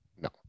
no